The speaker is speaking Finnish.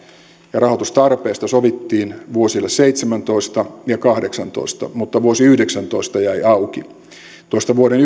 ja rahoitustarpeesta sovittiin vuosille seitsemäntoista ja kahdeksantoista mutta vuosi yhdeksäntoista jäi auki tuosta vuoden